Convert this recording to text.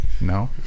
No